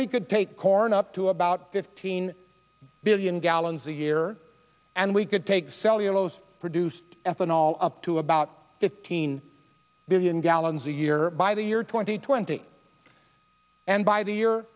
we could take corn up to about fifteen billion gallons a year and we could take cellulose produce ethanol up to about fifteen billion gallons a year by the year twenty twenty and by the year